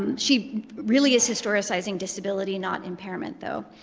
um she really is historicizing disability not impairment though.